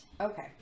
Okay